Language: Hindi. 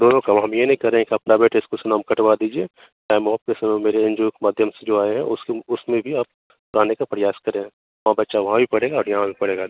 दोनों का अब हम ये नी कह रहें कि अपना बेटा इस्कूल से नाम कटवा दीजिए टाइम ऑफ के समय मेरे एन जी ओ के माध्यम से जो आऍं हैं उसके उसमें भी आप पढ़ाने का प्रयास करें और बच्चा वहाँ भी पढ़ेगा और यहाँ भी पढ़ेगा